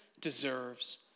deserves